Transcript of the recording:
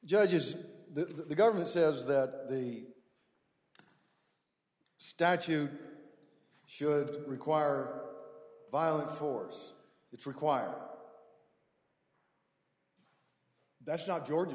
judges the government says that the statute should require violent force it's required that's not georgia